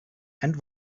and